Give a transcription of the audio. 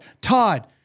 Todd